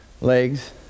legs